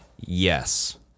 Yes